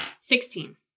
Sixteen